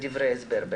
דברי ההסבר,